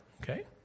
Okay